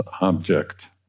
object